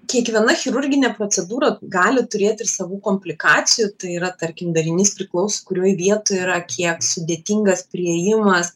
kiekviena chirurginė procedūra gali turėt ir savų komplikacijų tai yra tarkim darinys priklaus kurioj vietoj yra kiek sudėtingas priėjimas